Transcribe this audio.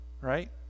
right